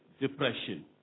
depression